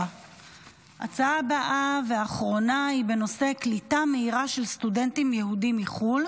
ההצעה הבאה והאחרונה היא בנושא קליטה מהירה של סטודנטים יהודים מחו"ל.